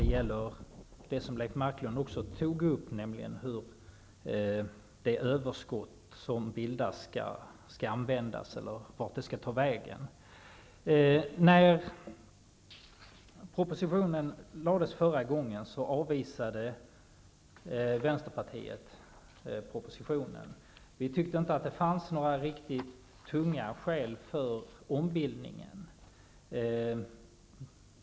Det gäller det som också Leif Marklund berörde, nämligen vart det överskott som bildas skall ta vägen. Den proposition som lades fram förra gången avvisades av vänsterpartiet. Vi tyckte inte att det fanns några riktigt tunga skäl för ombildningen.